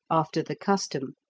after the custom.